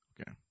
Okay